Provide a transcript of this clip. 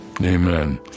Amen